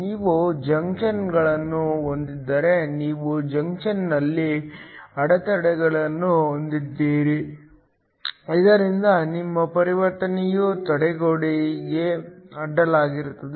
ನೀವು ಜಂಕ್ಷನ್ಗಳನ್ನು ಹೊಂದಿದ್ದರೆ ನೀವು ಜಂಕ್ಷನ್ನಲ್ಲಿ ಅಡೆತಡೆಗಳನ್ನು ಹೊಂದಿದ್ದೀರಿ ಇದರಿಂದ ನಿಮ್ಮ ಪರಿವರ್ತನೆಯು ತಡೆಗೋಡೆಗೆ ಅಡ್ಡಲಾಗಿರುತ್ತದೆ